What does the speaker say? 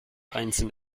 einzeln